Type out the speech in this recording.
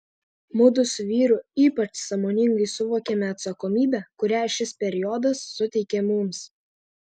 mudu su vyru ypač sąmoningai suvokėme atsakomybę kurią šis periodas suteikė mums